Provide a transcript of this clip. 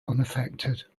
unaffected